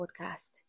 podcast